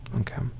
Okay